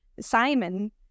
Simon